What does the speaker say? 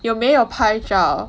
有没有拍照